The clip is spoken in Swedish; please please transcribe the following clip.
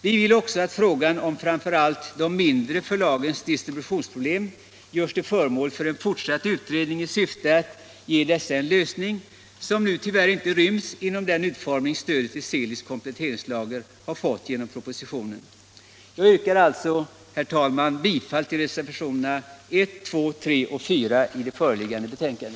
Vi vill också att frågan om framför allt de mindre förlagens distributionsproblem görs till föremål för fortsatt utredning i syfte att ge dessa en lösning som nu tyvärr inte ryms inom den utformning stödet till Seeligs kompletteringslager har fått i propositionen. Jag yrkar alltså, herr talman, bifall till reservationerna 1, 2, 3 och 4 i föreliggande betänkande.